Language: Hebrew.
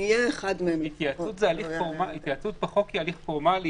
התייעצות בחוק היא הליך פורמלי,